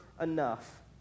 enough